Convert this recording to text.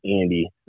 Andy